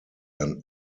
ein